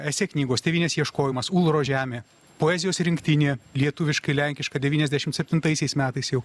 esė knygos tėvynės ieškojimas ulro žemė poezijos rinktinė lietuviškai lenkiška devyniasdešimt septintaisiais metais jau